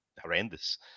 horrendous